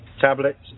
tablets